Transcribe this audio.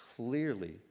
clearly